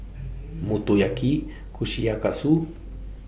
Motoyaki Kushikatsu